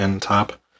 Top